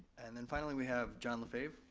and then finally we have john lefebvre.